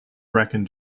brecon